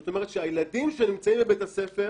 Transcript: זאת אומרת שהילדים שנמצאים בבית הספר